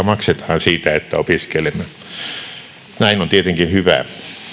maksetaan siitä että opiskelemme näin on tietenkin hyvä